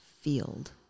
field